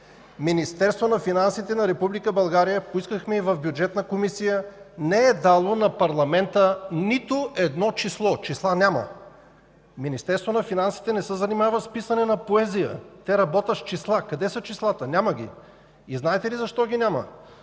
от което поискахме становище в Бюджетна комисия, не е дало на парламента нито едно число. Числа няма. Министерството на финансите не се занимава с писане на поезия. Те работят с числа. Къде са числата? Няма ги! Знаете ли защо ги няма?